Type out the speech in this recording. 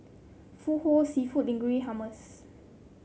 seafood Linguine Hummus